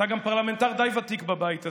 אתה גם פרלמנטר די ותיק בבית הזה.